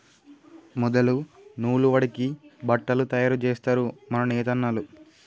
మొదలు నూలు వడికి బట్టలు తయారు జేస్తరు మన నేతన్నలు